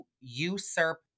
usurp